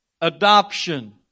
adoption